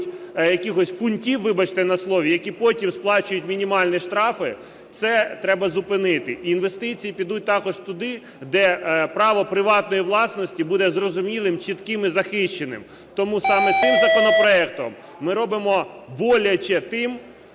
якихось "фунтів", вибачте, на слові, які потім сплачують мінімальні штрафи, це треба зупинити. І інвестиції підуть також туди, де право приватної власності буде зрозумілим, чітким і захищеним. Тому саме цим законопроектом ми робимо боляче тим,